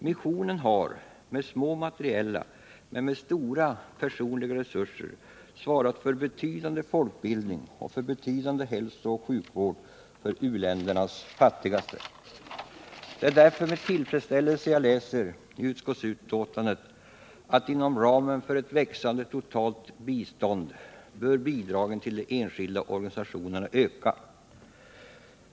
Missionen har med små materiella men stora personliga resurser svarat för betydande folkbildning och för betydande hälsooch sjukvård för uländernas fattigaste. Det är därför med tillfredsställelse jag läser i utskottsbetänkandet att inom ramen för ett växande totalt bistånd bör bidragen till de enskilda organisationerna öka.